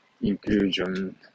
inclusion